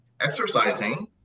exercising